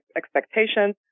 expectations